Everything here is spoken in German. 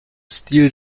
stil